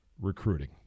recruiting